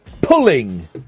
pulling